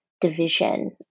division